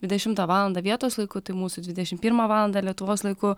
dvidešimtą valandą vietos laiku tai mūsų dvidešim pirmą valandą lietuvos laiku